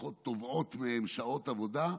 שפחות תובעות מהן שעות עבודה.